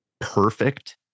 perfect